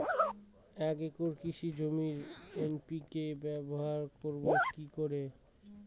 এক একর কৃষি জমিতে এন.পি.কে ব্যবহার করব কি করে?